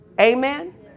Amen